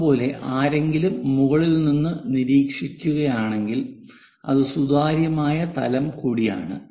അതുപോലെ ആരെങ്കിലും മുകളിൽ നിന്ന് നിരീക്ഷിക്കുകയാണെങ്കിൽ അത് സുതാര്യമായ തലം കൂടിയാണ്